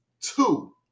Two